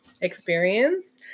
experience